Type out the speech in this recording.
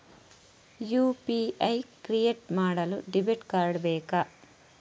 UPI create ಮಾಡಲು debit card ಬೇಕಾ?